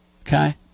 Okay